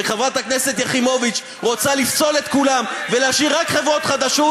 וחברת הכנסת יחימוביץ רוצה לפסול את כולם ולהשאיר רק חברות חדשות.